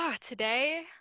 Today